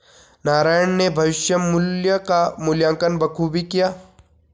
नारायण ने भविष्य मुल्य का मूल्यांकन बखूबी किया